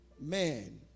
man